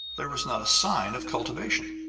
there was not a sign of cultivation.